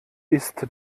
ist